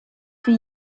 für